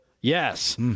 yes